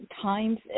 times